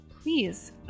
Please